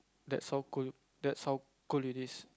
that's how good that's how good it is